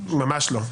ממש לא.